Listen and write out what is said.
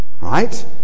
Right